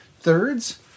thirds